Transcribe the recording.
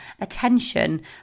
attention